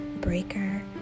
Breaker